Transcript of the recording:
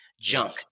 junk